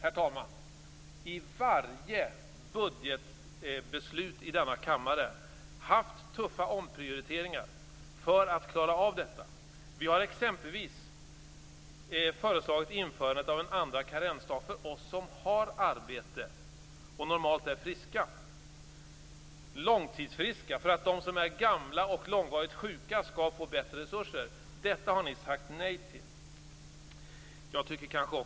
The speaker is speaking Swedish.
Vi har i varje budgetbeslut i denna kammare gjort tuffa omprioriteringar för att klara av detta. Vi har exempelvis föreslagit införandet av en andra karensdag för oss som har arbete och normalt är långtidsfriska för att de som är gamla och långvarigt sjuka skall få bättre resurser. Detta har ni sagt nej till. Herr talman!